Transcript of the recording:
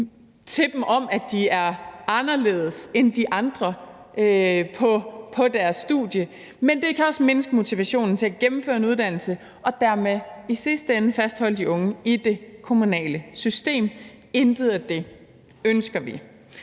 til dem om, at de er anderledes end de andre på deres studie, og det kan også mindske motivationen til at gennemføre en uddannelse og dermed i sidste ende fastholde de unge i det kommunale system. Intet af det ønsker vi.